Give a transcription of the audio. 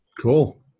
Cool